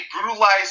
brutalized